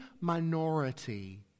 minority